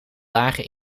lage